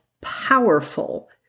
powerful